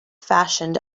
fashioned